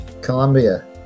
Colombia